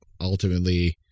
ultimately